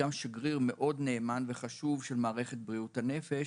גם שגריר נאמן מאוד וחשוב של מערכת בריאות הנפש,